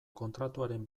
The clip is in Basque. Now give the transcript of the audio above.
kontratuaren